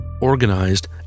organized